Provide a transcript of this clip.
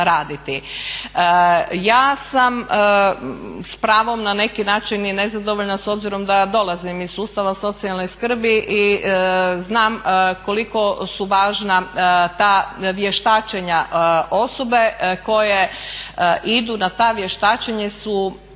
Ja sam s pravom na neki način i nezadovoljna s obzirom da ja dolazim iz sustava socijalne skrbi i znam koliko su važna ta vještačenja osobe koje idu na ta vještačenja su